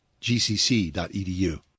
gcc.edu